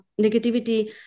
negativity